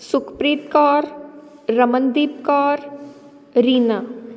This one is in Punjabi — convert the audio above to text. ਸੁਖਪ੍ਰੀਤ ਕੌਰ ਰਮਨਦੀਪ ਕੌਰ ਰੀਨਾ